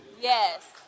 Yes